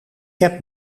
heb